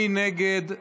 מי נגד?